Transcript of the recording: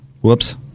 Whoops